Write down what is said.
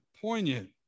poignant